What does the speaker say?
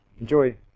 enjoy